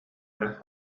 эрэ